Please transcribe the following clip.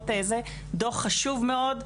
זה דוח חשוב מאוד,